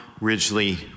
Ridgely